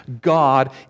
God